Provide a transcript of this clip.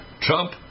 Trump